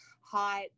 hot